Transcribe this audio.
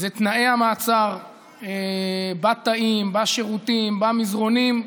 זה תנאי המעצר בתאים, בשירותים, במזרנים.